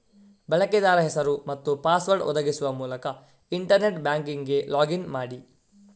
ಬಳಕೆದಾರ ಹೆಸರು ಮತ್ತು ಪಾಸ್ವರ್ಡ್ ಒದಗಿಸುವ ಮೂಲಕ ಇಂಟರ್ನೆಟ್ ಬ್ಯಾಂಕಿಂಗಿಗೆ ಲಾಗ್ ಇನ್ ಮಾಡಿ